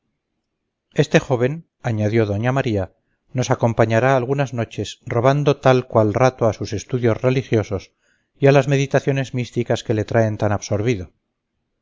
este joven añadió doña maría nos acompañará algunas noches robando tal cual rato a sus estudios religiosos y a las meditaciones místicas que le traen tan absorbido